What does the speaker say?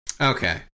Okay